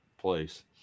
place